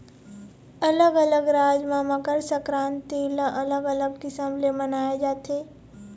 अलग अलग राज म मकर संकरांति ल अलग अलग किसम ले मनाए जाथे